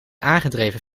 aangedreven